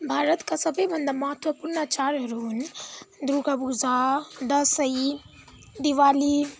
भारतका सबैभन्दा महत्त्वपूर्ण चाडहरू हुन् दुर्गा पूजा दसैँ दिवाली